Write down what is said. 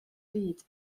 byd